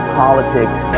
politics